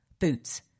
Boots